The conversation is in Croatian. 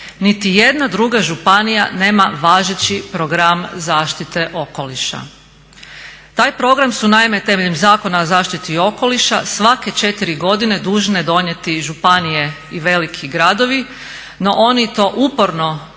niti jedna druga županija nema važeći program zaštite okoliša. Taj program su naime temeljem Zakona o zaštiti okoliša svake četiri godine dužne donijeti i županije i veliki gradovi, no oni to uporno